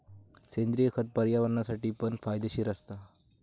सेंद्रिय खत पर्यावरणासाठी पण फायदेशीर असता